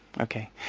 okay